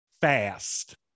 fast